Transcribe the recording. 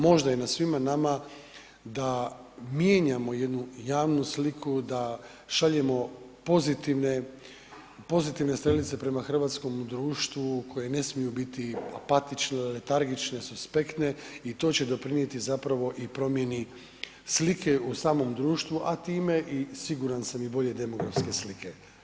Možda je na svima nama da mijenjamo jednu javnu sliku da šaljemo pozitivne strelice prema hrvatskom društvu koji ne smiju biti apatične, letargične, suspektne i to će doprinijeti zapravo i promjeni slike u samom društvu, a time i, siguran sam bolje demografske slike.